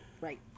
right